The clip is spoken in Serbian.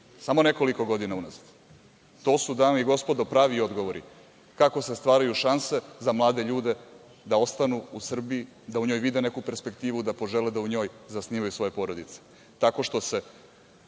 samo nekoliko godina unazad. To su, dame i gospodo, pravi odgovori kako se stvaraju šanse za mlade ljude da ostanu u Srbiji, da u njoj vide neku perspektivu, da požele da u njoj zasnivaju svoje porodice,